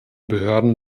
behörden